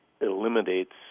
eliminates